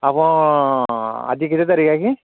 ଆପଣ ଆଜି କେତେ ତାରିଖ କି